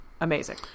amazing